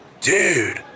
Dude